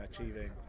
achieving